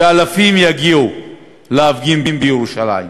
שאלפים יגיעו להפגין בירושלים.